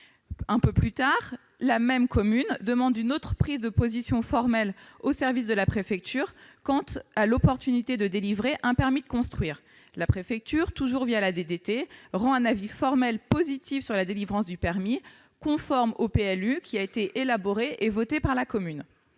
Un peu plus tard, la même commune demande une autre prise de position formelle aux services de la préfecture quant à l'opportunité de délivrer un permis de construire. Là encore, la préfecture, toujours la DDT, rend un avis formel positif sur la délivrance du permis, conforme au PLU élaboré et voté par la commune.